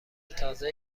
تازه